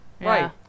Right